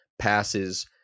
passes